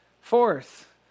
Fourth